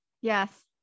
yes